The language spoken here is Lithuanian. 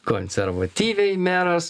konservatyviai meras